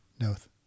Noth